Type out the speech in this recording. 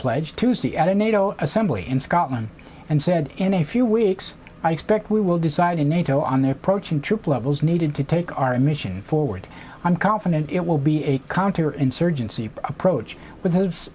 pledge tuesday at a nato assembly in scotland and said in a few weeks i expect we will decide in nato on the approaching troop levels needed to take our mission forward i'm confident it will be a counter insurgency approach which h